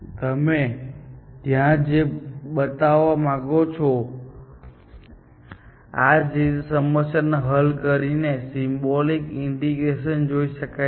તમે ત્યાં જે બતાવવા માંગો છો તે એ છે કે આ રીતે સમસ્યા હલ કરીને સિમ્બોલિક ઇન્ટિગ્રેશન જોઈ શકાય છે